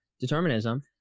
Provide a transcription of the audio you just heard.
determinism